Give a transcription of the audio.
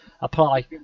apply